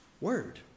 word